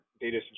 data